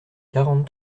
quarante